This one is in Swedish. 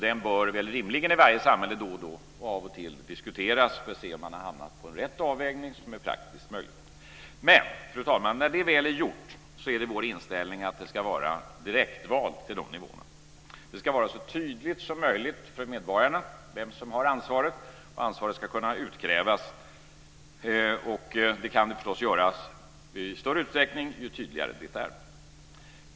Den bör rimligen diskuteras då och då i varje samhälle för att se om man har hamnat på en riktig avvägning som är praktiskt möjlig. Men när det väl är gjort, fru talman, är det vår inställning att det ska vara direktval till dessa nivåer. Det ska vara så tydligt som möjligt för medborgarna vem som har ansvaret. Ansvaret ska kunna utkrävas. Det kan förstås göras i större utsträckning ju tydligare det är.